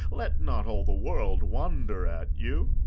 let not all the world wonder at you.